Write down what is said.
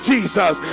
Jesus